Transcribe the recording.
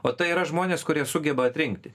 o tai yra žmonės kurie sugeba atrinkti